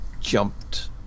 jumped